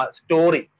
story